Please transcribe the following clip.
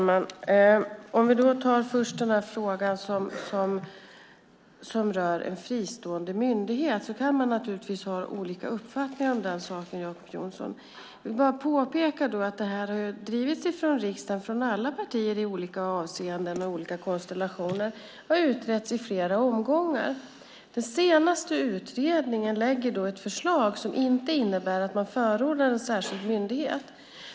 Herr talman! Frågan som rör en fristående myndighet kan man naturligtvis ha olika uppfattningar om, Jacob Johnson. Jag vill påpeka att det här har drivits från riksdagen från alla partier i olika avseenden och olika konstellationer, och det har utretts i flera omgångar. Den senaste utredningen lägger ett förslag som inte innebär att man förordar en särskild myndighet.